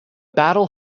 battle